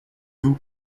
vous